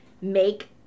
make